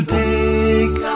take